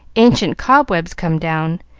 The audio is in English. ancient cobwebs come down,